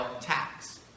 tax